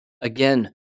Again